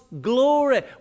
glory